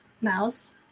Mouse